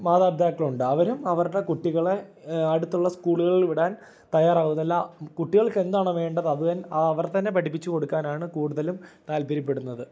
മാതാപിതാക്കൾ ഉണ്ട് അവരും അവരുടെ കുട്ടികളെ അടുത്തുള്ള സ്കൂളുകളിൽ വിടാൻ തയ്യാറാവുന്നതല്ല കുട്ടികൾക്ക് എന്താണ് വേണ്ടത് അത് തന് ആ അവർ തന്നെ പഠിപ്പിച്ച് കൊടുക്കാനാണ് കൂടുതലും താല്പര്യപ്പെടുന്നത്